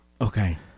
Okay